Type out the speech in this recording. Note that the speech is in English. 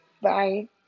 Bye